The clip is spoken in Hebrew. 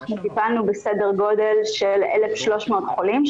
אנחנו טיפלנו בסדר גודל של 1,300 חולים.